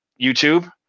YouTube